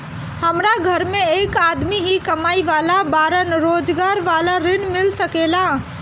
हमरा घर में एक आदमी ही कमाए वाला बाड़न रोजगार वाला ऋण मिल सके ला?